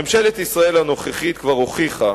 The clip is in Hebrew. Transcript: ממשלת ישראל הנוכחית כבר הוכיחה,